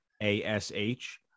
A-S-H